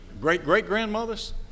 Great-great-grandmothers